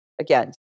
Again